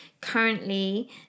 currently